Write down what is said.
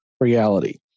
reality